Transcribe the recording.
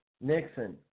Nixon